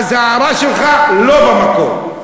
אז ההערה שלך לא במקום.